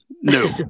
No